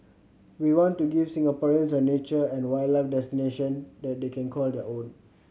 we want to give Singaporeans a nature and wildlife destination that they can call their own